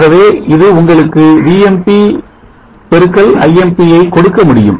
ஆகவே இது உங்களுக்கு Vmp Imp யை கொடுக்க முடியும்